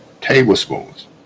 tablespoons